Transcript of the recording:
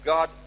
God